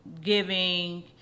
giving